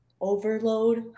overload